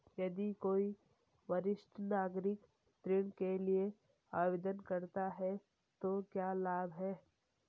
यदि कोई वरिष्ठ नागरिक ऋण के लिए आवेदन करता है तो क्या लाभ हैं?